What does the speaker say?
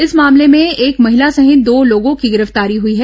इस मामले में एक महिला सहित दो लोगों की गिरफ्तारी हुई है